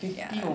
ya